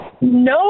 No